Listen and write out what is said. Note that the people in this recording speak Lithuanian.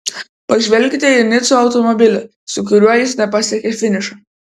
pažvelkite į nico automobilį su kuriuo jis nepasiekė finišo